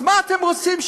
אז מה אתם רוצים?